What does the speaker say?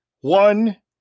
one